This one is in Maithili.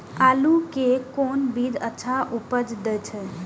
आलू के कोन बीज अच्छा उपज दे छे?